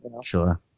Sure